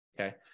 Okay